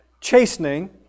chastening